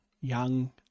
Young